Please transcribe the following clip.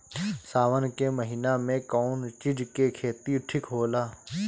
सावन के महिना मे कौन चिज के खेती ठिक होला?